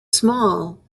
small